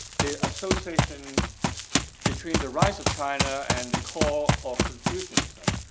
the association between the rise of china and the call of confucianism,